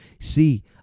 see